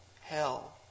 hell